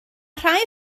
rhai